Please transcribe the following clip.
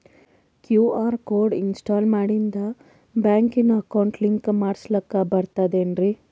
QR code install ಮಾಡಿಂದ ಬ್ಯಾಂಕಿನ account link ಮಾಡಸ್ಲಾಕ ಬರ್ತದೇನ್ರಿ